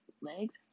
legs